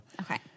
Okay